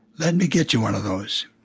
let me get you one of those.